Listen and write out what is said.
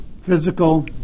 physical